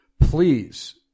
please